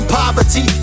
poverty